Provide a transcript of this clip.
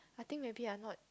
I think maybe I'm not